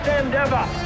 endeavor